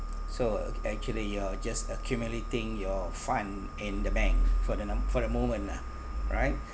so o~ actually you are just accumulating your fund in the bank for the num~ for the moment lah right